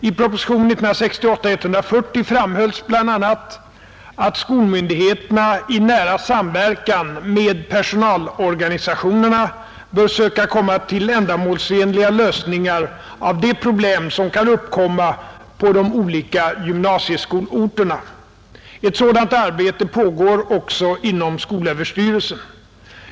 I proposition 1968:140 framhölls bl.a. att skolmyndigheterna i nära samverkan med personalorganisationerna bör söka komma till ändamålsenliga lösningar av de problem som kan uppkomma på de olika gymnasieskolorterna. Ett sådant arbete pågår också inom skolöverstyrelsen.